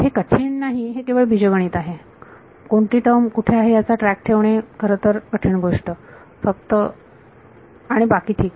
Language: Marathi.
तर हे कठीण नाही हे केवळ बीजगणित आहे कोणती टर्म कुठे आहे याचा ट्रॅक ठेवणे खरं तर कठीण गोष्ट फक्त आणि बाकी ठीक